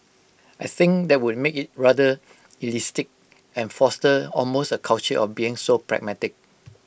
I think that would make IT rather elitist and foster almost A culture of being so pragmatic